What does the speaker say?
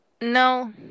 No